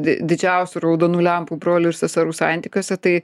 didžiausių raudonų lempų brolių ir seserų santykiuose tai